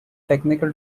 technical